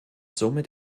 somit